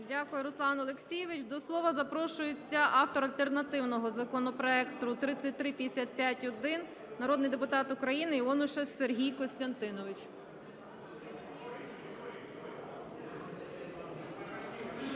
Дякую, Руслан Олексійович. До слова запрошується автор альтернативного законопроекту 3355-1 народний депутат України Іонушас Сергій Костянтинович.